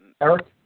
Eric